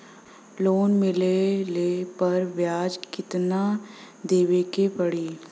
Loan मिलले पर ब्याज कितनादेवे के पड़ी?